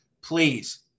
please